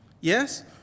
yes